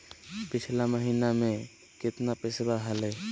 पिछला महीना मे कतना पैसवा हलय?